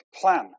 plan